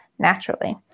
naturally